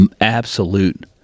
absolute